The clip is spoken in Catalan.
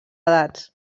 edats